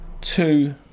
two